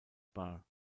bar